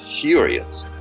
furious